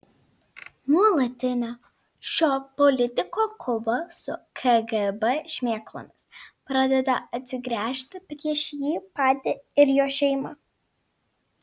nuolatinė šio politiko kova su kgb šmėklomis pradeda atsigręžti prieš jį patį ir jo šeimą